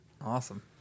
Awesome